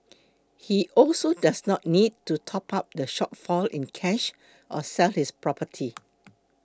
he also does not need to top up the shortfall in cash or sell his property